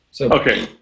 Okay